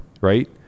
right